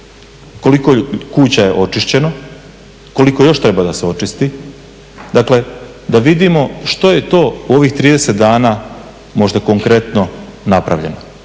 koliko kuća je očišćeno, koliko još treba da se očisti. Dakle, da vidimo što je to u ovih trideset dana možda konkretno napravljeno.